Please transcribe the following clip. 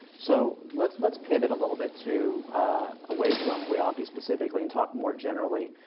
so let's let's pivot a little bit to away from whiaapi specifically, and talk more generally